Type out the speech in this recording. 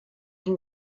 been